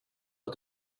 att